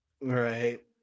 Right